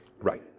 Right